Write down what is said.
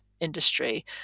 industry